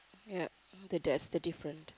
yup the that's the different